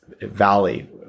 valley